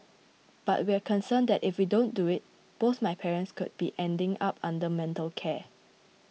but we're concerned that if we don't do it both my parents could be ending up under mental care